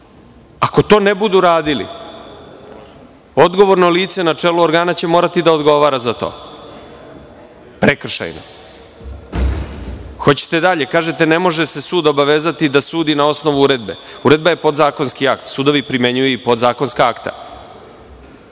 Ako to ne budu radili, odgovorno lice na čelu organa će morati da odgovara za to prekršajno. Hoćete dalje? Kažete – ne može se sud obavezati da sudi na osnovu uredbe. Uredba je podzakonski akt, sudovi primenjuju i podzakonska akta.